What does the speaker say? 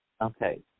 Okay